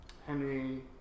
Henry